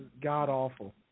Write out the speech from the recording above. god-awful